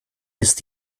ist